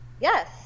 Yes